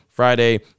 Friday